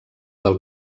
del